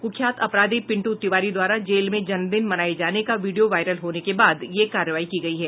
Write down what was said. कुख्यात अपराधी पिंटू तिवारी द्वारा जेल में जन्मदिन मनाये जाने का वीडियो वायरल होने के बाद ये कार्रवाई की गयी है